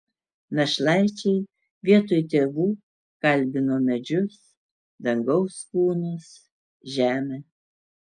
našlaičiai vietoj tėvų kalbino medžius dangaus kūnus žemę